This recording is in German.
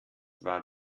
war